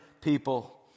people